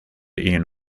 ian